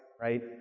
right